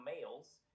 males